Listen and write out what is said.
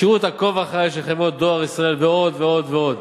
שירות "עקוב אחרי" של חברת "דואר ישראל" ועוד ועוד.